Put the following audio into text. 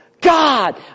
God